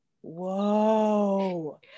whoa